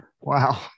Wow